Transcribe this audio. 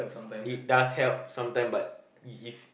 it does help sometime but you if